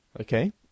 Okay